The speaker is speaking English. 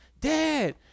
Dad